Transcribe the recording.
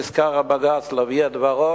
נזכר בג"ץ להביא את דברו,